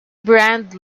brand